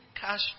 cash